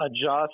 adjust